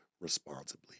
responsibly